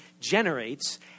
generates